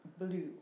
Blue